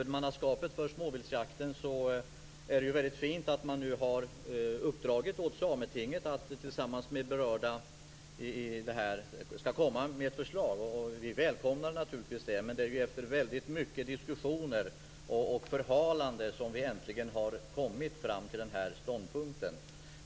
Det är väldigt fint att man nu har uppdragit åt Sametinget att tillsammans med de berörda komma med ett förslag om huvudmannaskapet för småviltsjakten. Vi välkomnar naturligtvis detta, men det är ju efter många diskussioner och mycket förhalande som vi äntligen har kommit fram till denna ståndpunkt.